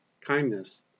kindness